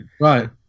right